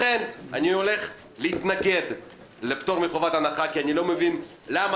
לכן אני הולך להתנגד לפטור מחובת הנחה כי אני לא מבין למה